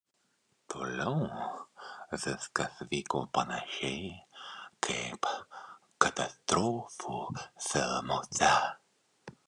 toliau viskas vyko panašiai kaip katastrofų filmuose